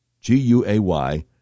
G-U-A-Y